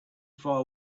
far